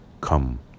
come